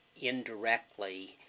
indirectly